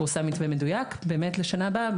פורסם מתווה מדויק באמת לשנה הבאה,